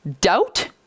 doubt